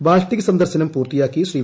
Baltic സന്ദർശനം പൂർത്തിയാക്കി ശ്രീ